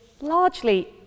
largely